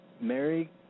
Mary